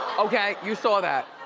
okay, you saw that.